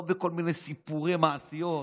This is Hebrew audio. לא בכל מיני סיפורי מעשיות.